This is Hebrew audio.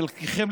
חלקכם,